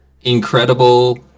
incredible